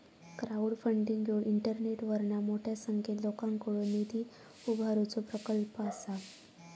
crowdfunding ह्यो इंटरनेटवरना मोठ्या संख्येन लोकांकडुन निधी उभारुचो प्रकल्प असा